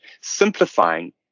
simplifying